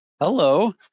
Hello